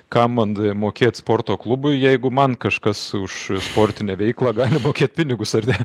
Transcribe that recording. kam man mokėt sporto klubui jeigu man kažkas už sportinę veiklą gali mokėt pinigus ar ne